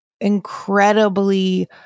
incredibly